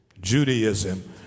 Judaism